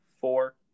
four